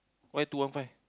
why two one five